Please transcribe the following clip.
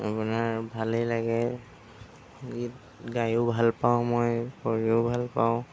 আপোনাৰ ভালেই লাগে গীত গায়ো ভাল পাওঁ মই কৰিও ভাল পাওঁ